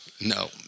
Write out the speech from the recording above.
No